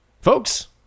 Folks